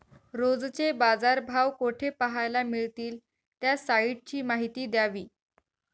रोजचे बाजारभाव कोठे पहायला मिळतील? त्या साईटची माहिती द्यावी